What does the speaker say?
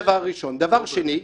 דבר שני: